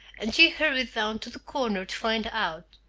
and she hurried down to the corner to find out.